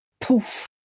poof